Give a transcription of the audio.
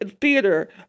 theater